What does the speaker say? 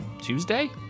Tuesday